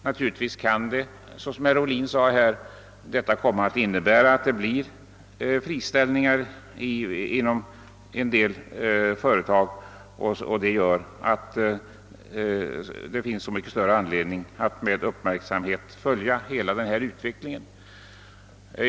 Naturligtvis kan förhållandena härvidlag, som herr Ohlin framhöll, leda till friställningar inom en del företag, och därför finns det så mycket större anledning för oss att med uppmärksamhet följa utvecklingen.